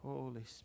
Holy